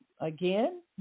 again